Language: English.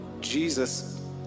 Jesus